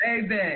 baby